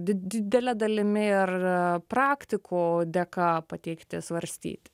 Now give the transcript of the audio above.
didele dalimi ir praktikų dėka pateikti svarstyti